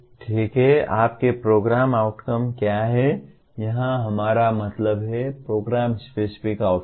ठीक है आपके प्रोग्राम आउटकम क्या हैं यहां हमारा मतलब है प्रोग्राम स्पेसिफिक आउटकम